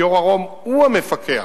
גיורא רום הוא המפקח,